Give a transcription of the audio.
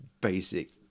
basic